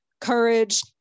courage